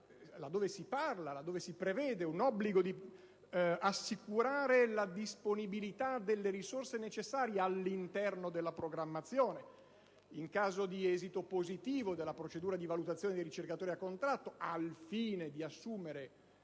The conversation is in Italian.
Prevedere, infatti, un "obbligo ad assicurare la disponibilità delle risorse necessarie all'interno della programmazione, in caso di esito positivo della procedura di valutazione dei ricercatori a contratto", al fine di poterli